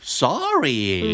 sorry